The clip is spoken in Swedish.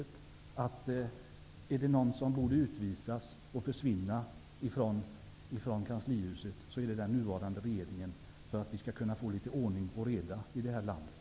Om det är någon som borde utvisas och försvinna från Kanslihuset så är det den nuvarande regeringen, så att vi kan få litet ordning och reda i landet.